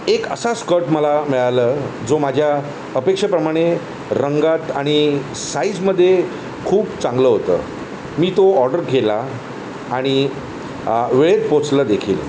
एक असा स्कर्ट मला मिळालं जो माझ्या अपेक्षाप्रमाणे रंगात आणि साइजमध्ये खूप चांगलं होतं मी तो ऑर्डर केला आणि वेळेत पोचला देखील